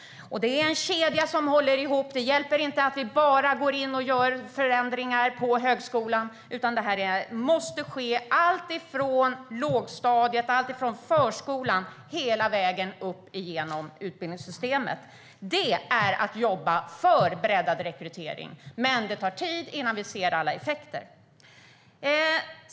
Det är en kedja som håller ihop. Det hjälper inte att vi går in och gör förändringar bara i högskolan, utan det här måste ske i allt från lågstadiet, från förskolan, och hela vägen upp genom utbildningssystemet. Det är att jobba för breddad rekrytering. Men det tar tid innan vi ser alla effekter.